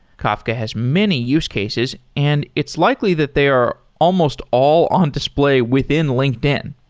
kafka has many use cases and it's likely that they are almost all on display within linkedin.